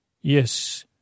Yes